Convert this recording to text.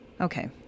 Okay